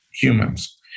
humans